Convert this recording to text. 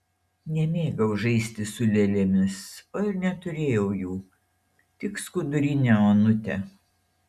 nemėgau žaisti su lėlėmis o ir neturėjau jų tik skudurinę onutę